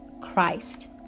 Christ